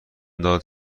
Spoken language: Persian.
داد